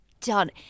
done